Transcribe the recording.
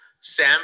Sam